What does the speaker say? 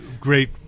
great